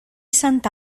santa